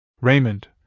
Raymond